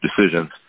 decisions